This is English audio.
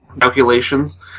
calculations